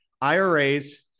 IRAs